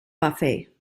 buffet